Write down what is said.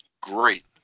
great